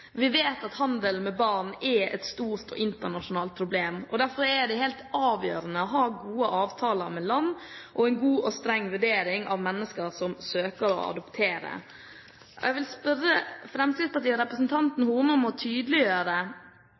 Vi vet at handel med barn er et stort og internasjonalt problem. Derfor er det helt avgjørende å ha gode avtaler med land og en god og streng vurdering av mennesker som søker å adoptere. Jeg vil spørre Fremskrittspartiet og representanten Horne om å tydeliggjøre, for jeg synes at jeg oppfattet at det